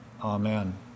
Amen